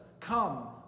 come